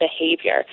behavior